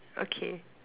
okay